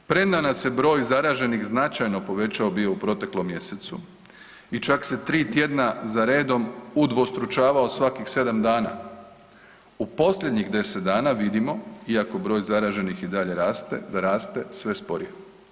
Premda nam se broj zaraženih značajno povećao bio u proteklom mjesecu i čak se 3 tjedna za redom udvostručavao svakih 7 dana, u posljednjih 10 dana vidimo iako broj zaraženih i dalje raste, da raste sve sporije.